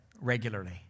regularly